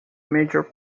major